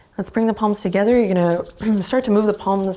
let's bring the palms together. you're gonna start to move the palms